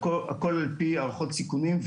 הכל על פי הערכות סיכונים,